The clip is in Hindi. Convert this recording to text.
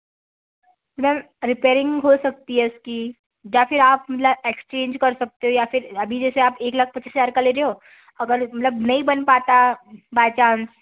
मैम रिपेरिंग हो सकती है इसकी या फिर आप मल्लब एक्स्चेंज कर सकते हो या फिर अभी जैसे आप एक लाख पच्चीस हज़ार का ले रहे हो अगर मतलब नहीं बन पाता बाई चान्स